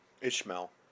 Ishmael